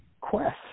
quest